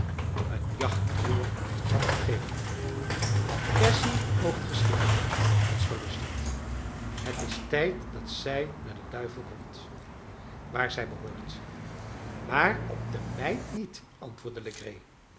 een jachtroer had gegeven op cassy moogt ge schieten als ge lust hebt het is tijd dat zij naar den duivel komt waar zij behoort maar op de meid niet antwoordde